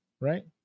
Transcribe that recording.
right